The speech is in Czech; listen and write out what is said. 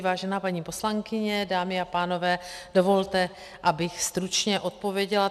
Vážená paní poslankyně, dámy a pánové, dovolte, abych stručně odpověděla.